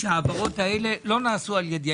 וההעברות האלה לא נעשו על ידי.